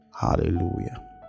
Hallelujah